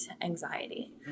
anxiety